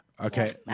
Okay